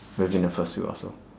within the first week or so